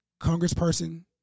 congressperson